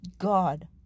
God